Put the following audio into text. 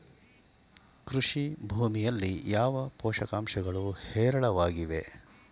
ಕೃಷಿ ಭೂಮಿಯಲ್ಲಿ ಯಾವ ಪೋಷಕಾಂಶಗಳು ಹೇರಳವಾಗಿವೆ?